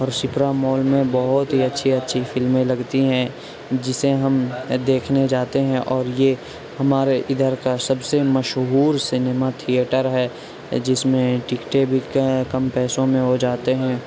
اور Supra mall میں بہت ہی اچھی اچھی فلمیں لگتی ہیں جسے ہم دیکھنے جاتے ہیں اور یہ ہمارے ادھر کا سب سے مشہور سینما تھیئٹر ہے جس میں ٹکٹیں بکتے ہیں کم پیسوں میں ہوجاتے ہیں